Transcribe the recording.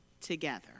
together